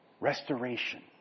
Restoration